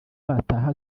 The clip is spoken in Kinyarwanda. bataha